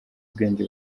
ubwenge